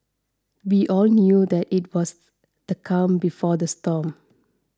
we all knew that it was the calm before the storm